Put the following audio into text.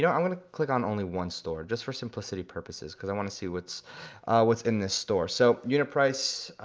yeah i wanna click on only one store just for simplicity purposes cause i wanna see what's what's in this store. so unit price,